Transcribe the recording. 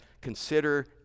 consider